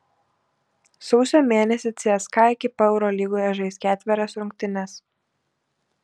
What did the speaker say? sausio mėnesį cska ekipa eurolygoje žais ketverias rungtynes